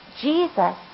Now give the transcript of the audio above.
Jesus